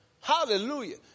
Hallelujah